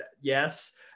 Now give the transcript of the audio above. yes